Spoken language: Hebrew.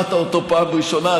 לא שמעת אותו פעם ראשונה,